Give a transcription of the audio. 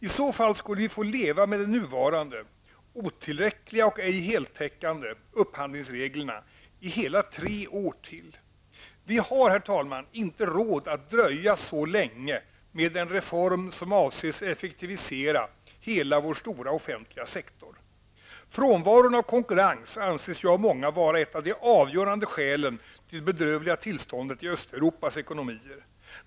I så fall skulle vi leva med nuvarande -- otillräckliga och ej heltäckande -- upphandlingsregler i hela tre år till. Vi har, herr talman, inte råd att dröja så länge med en reform som avses effektivisera hela vår stora offentliga sektor. Frånvaron av konkurrens anses ju av många vara ett av de avgörande skälen till det bedrövliga tillståndet i Östeuropas ekonomier.